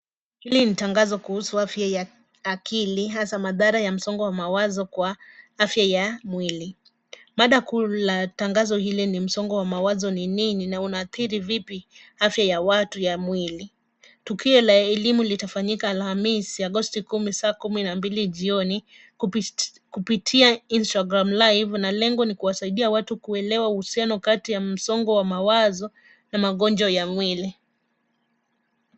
Hili ni tangazo kuhusu afya ya akili hasa madhara ya msongo wa mawazo kwa afya ya mwili. Mada kuu la tangazo hili ni msongo wa mawazo ni nini ,na unaadhiri vipi afya ya watu ya mwili. Tukio la elimu litafanyika ,alhamisi agosti kumi , saa kumi na mbili jioni , kupitia instagram live na lengo ni kuwasaidia watu kuelewa, uhusiano kati ya msongo wa mawazo na magonjwa ya mwili.